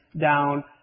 down